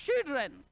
children